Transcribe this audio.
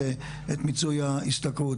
את מיצוי ההשתכרות,